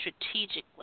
strategically